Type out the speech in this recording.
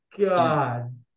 God